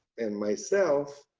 in myself,